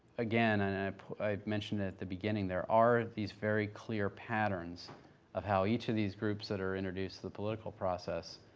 again, and mentioned it in the beginning, there are these very clear patterns of how each of these groups that are introduced to the political process